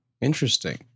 Interesting